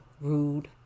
rude